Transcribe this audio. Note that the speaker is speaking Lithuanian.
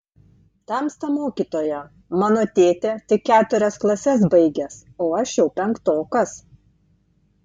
tamsta mokytoja mano tėtė tik keturias klases baigęs o aš jau penktokas